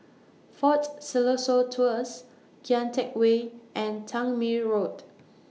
Fort Siloso Tours Kian Teck Way and Tangmere Road